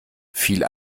viel